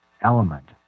element